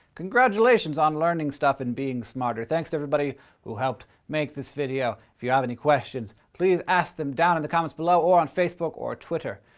congratulations on learning stuff and being smarter. thanks to everybody who helped make this video. if you have any questions, please ask them down in the comments below or on facebook or twitter.